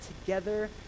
together